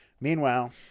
Meanwhile